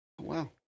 Wow